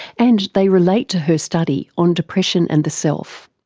and they relate to her study on depression and the self.